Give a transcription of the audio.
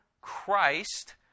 Christ